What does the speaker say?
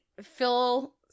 Phil